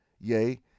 yea